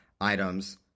items